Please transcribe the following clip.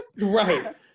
Right